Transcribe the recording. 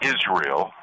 Israel